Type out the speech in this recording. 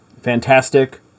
fantastic